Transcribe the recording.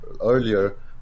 earlier